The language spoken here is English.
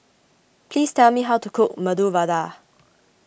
please tell me how to cook Medu Vada